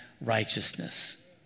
righteousness